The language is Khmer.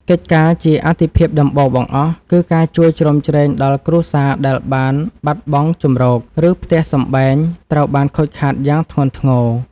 កិច្ចការជាអាទិភាពដំបូងបង្អស់ គឺការជួយជ្រោមជ្រែងដល់គ្រួសារដែលបានបាត់បង់ជម្រក ឬផ្ទះសម្បែងត្រូវបានខូចខាតយ៉ាងធ្ងន់ធ្ងរ។